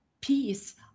peace